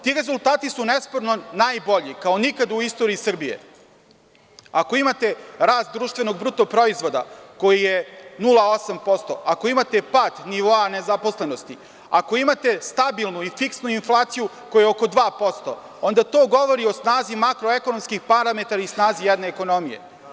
Ti rezultati su nesporno najbolji, kao nikada u istoriji Srbije, ako imate rast društvenog bruto proizvoda koji je 0,8%, ako imate pad nivoa nezaposlenosti, ako imate stabilnu i fiksnu inflaciju koja je oko 2%, onda to govori o snazi makroekonomskih parametara i snazi jedne ekonomije.